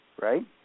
right